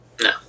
No